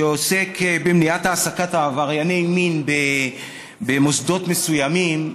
שעוסק במניעת העסקת עברייני מין במוסדות מסוימים,